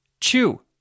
chew